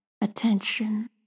attention